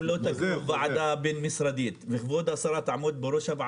אם לא תקום ועדה בין-משרדית שכבוד השרה תעמוד בראשה,